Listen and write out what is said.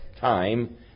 time